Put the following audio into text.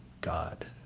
God